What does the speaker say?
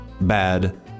Bad